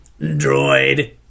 droid